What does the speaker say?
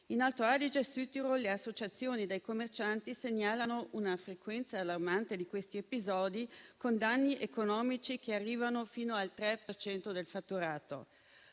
In Alto Adige-Südtirol, le associazioni dei commercianti segnalano una frequenza allarmante di questi episodi, con danni economici che arrivano fino al 3 per cento del fatturato.